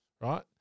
Right